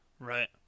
Right